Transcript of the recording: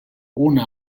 una